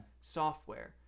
software